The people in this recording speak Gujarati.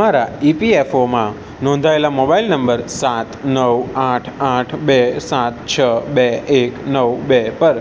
મારા ઇપીએફઓમાં નોંધાયેલા મોબાઈલ નંબર સાત નવ આઠ આઠ બે સાત છ બે એક નવ બે પર